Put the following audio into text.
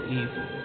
evil